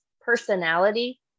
personality